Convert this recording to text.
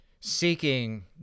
seeking